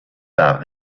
par